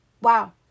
Wow